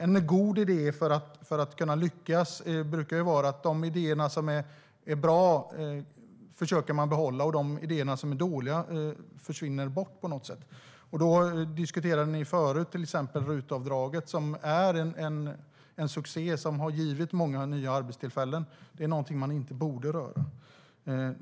En god idé för att kunna lyckas brukar vara att försöka behålla de idéer som är bra, och de idéer som är dåliga försvinner bort på något sätt. Ni diskuterade tidigare RUT-avdraget, som är en succé som har givit många nya arbetstillfällen. Det är något som man inte borde röra.